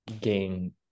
gain